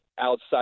outside